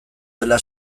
dela